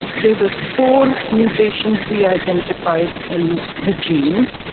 there were four mutations we identified in the genes,